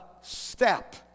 step